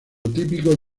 típico